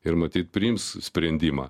ir matyt priims sprendimą